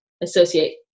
associate